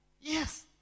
Yes